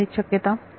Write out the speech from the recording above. काय आहेत शक्यता